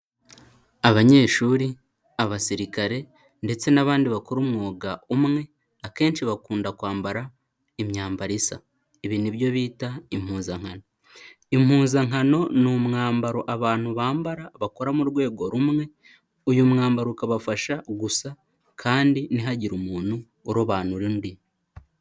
Abanyeshuri, abasirikare ndetse n'abandi bakora umwuga umwe akenshi bakunda kwambara imyambaro isa. Ibi ni byo bita impuzankano. Impuzankano ni umwambaro abantu bambara bakora mu rwego rumwe, uyu mwambaro ukabafasha gusa kandi ntihagire umuntu urobanura undi.